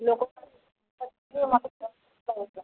ଲୋକ